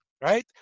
right